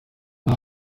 nta